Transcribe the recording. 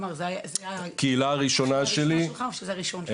כלומר זו הייתה הקהילה הראשונה שלך או שזו הראשונה שלך?